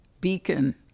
beacon